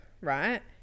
right